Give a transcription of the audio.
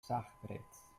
schachbretts